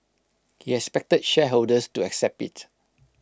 he expected shareholders to accept IT